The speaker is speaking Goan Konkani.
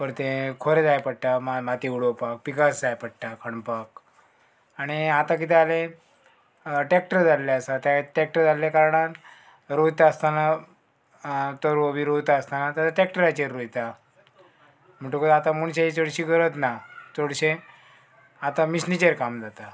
परतें खरें जाय पडटा माती उडोवपाक पिकास जाय पडटा खणपाक आणी आतां कितें जालें ट्रॅक्टर जाल्लें आसा तें ट्रॅक्टर जाल्ले कारणान रोयता आसतना तर आमी रोयता आसतना ट्रॅक्टराचेर रोयता म्हणटकूत आतां मनशांची चडशी गरज ना चडशें आतां मिशनीचेर काम जाता